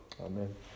Amen